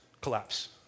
collapse